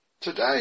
today